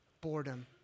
boredom